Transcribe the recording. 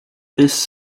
this